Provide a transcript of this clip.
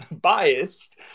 biased